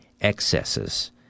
excesses